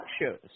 shows